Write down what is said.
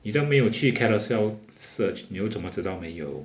你都还没有去 carousell search 你又怎么知道没有